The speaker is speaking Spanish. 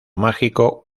mágico